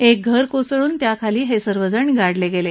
एक घर कोसळून त्याखाली हे सर्वजण गाडले गेले